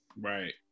Right